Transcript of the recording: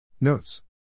Notes